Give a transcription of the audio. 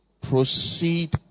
proceed